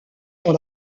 dans